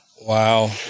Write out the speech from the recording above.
Wow